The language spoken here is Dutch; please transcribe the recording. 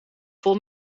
vol